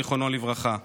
זיכרונו לברכה.